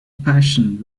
passion